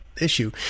issue